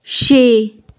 ਛੇ